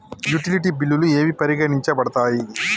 Utility బిల్లులు ఏవి పరిగణించబడతాయి?